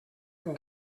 can